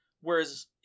Whereas